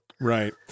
Right